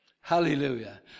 Hallelujah